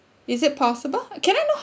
is it possible can I know